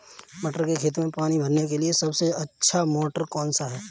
मटर के खेत में पानी भरने के लिए सबसे अच्छा मोटर कौन सा है?